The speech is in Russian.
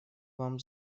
вам